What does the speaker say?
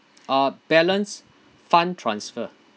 uh balance fund transfer